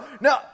no